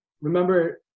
remember